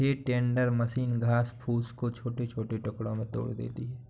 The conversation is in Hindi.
हे टेंडर मशीन घास फूस को छोटे छोटे टुकड़ों में तोड़ देती है